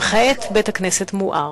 וכעת בית-הכנסת מואר.